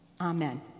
Amen